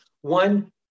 One